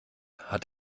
hat